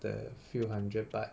the few hundred but